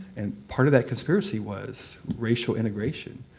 and part of that conspiracy was racial integration.